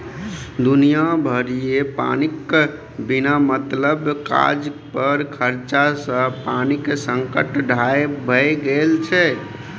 दुनिया भरिमे पानिक बिना मतलब काज पर खरचा सँ पानिक संकट ठाढ़ भए गेल छै